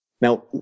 Now